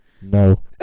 No